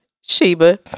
Sheba